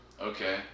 Okay